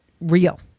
real